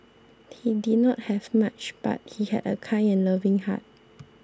he did not have much but he had a kind and loving heart